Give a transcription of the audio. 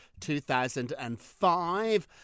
2005